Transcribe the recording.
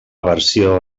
versió